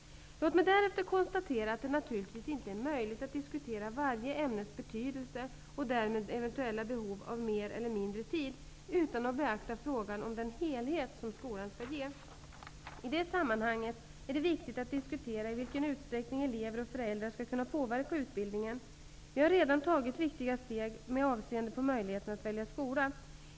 Låt mig därefter konstatera att det naturligtvis inte är möjligt att diskutera varje ämnes betydelse och därmed eventuella behov av mer eller mindre tid utan att beakta frågan om den helhet som skolan skall ge. I detta sammanhang är det viktigt att diskutera i vilken utsträckning elever och föräldrar skall kunna påverka utbildningen. Vi har redan tagit viktiga steg med avseende på möjligheterna att välja skola.